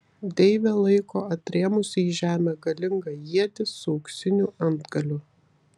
deivė laiko atrėmusi į žemę galingą ietį su auksiniu antgaliu